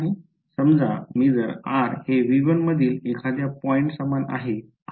समजा मी जर r हे V1 मधील एखाद्या पॉईंट सामान आहे असे घेतले तर